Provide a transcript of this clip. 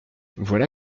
voilà